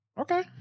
Okay